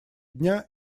дня